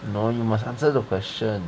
no you must answer the question